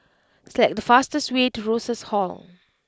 select the fastest way to Rosas Hall